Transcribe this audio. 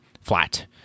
flat